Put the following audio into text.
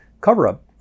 cover-up